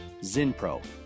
Zinpro